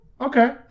Okay